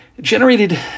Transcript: generated